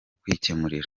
kwikemurira